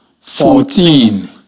fourteen